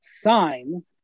sign